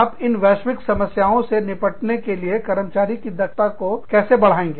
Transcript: आप इन वैश्विक समस्याओं से निपटने के लिए कर्मचारी की क्षमता को कैसे बढ़ाएंगे